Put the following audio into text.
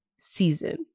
season